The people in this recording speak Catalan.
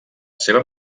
seva